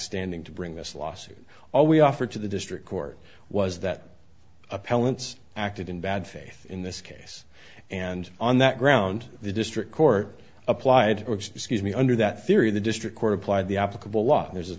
standing to bring this lawsuit all we offered to the district court was that appellant's acted in bad faith in this case and on that ground the district court applied or excuse me under that theory the district court applied the applicable law there's